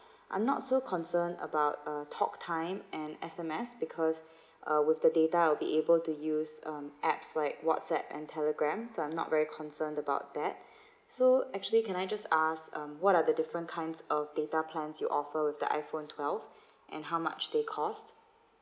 I'm not so concern about uh talk time and S_M_S because uh with the data I'll be able to use um apps like WhatsApp and Telegrams so I'm not very concerned about that so actually can I just ask um what are the different kinds of data plans you offer with the iPhone twelve and how much they cost